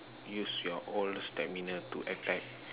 use your own stamina to attack